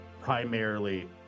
Primarily